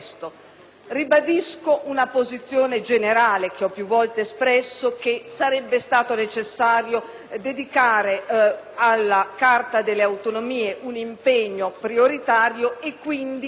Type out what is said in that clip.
Ribadisco una posizione generale, che ho più volte espresso, ovvero che sarebbe stato necessario dedicare alla Carta delle autonomie un impegno prioritario, e quindi